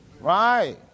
Right